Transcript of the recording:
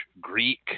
Greek